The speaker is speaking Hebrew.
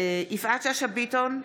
יפעת שאשא ביטון,